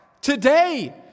today